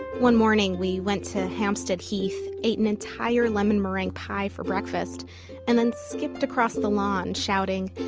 one morning we went to hampstead heath, ate an entire lemon meringue pie for breakfast and then skipped across the lawn shouting,